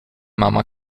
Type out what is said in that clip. mama